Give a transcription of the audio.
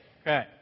Okay